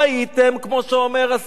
כמו שאומר השיר,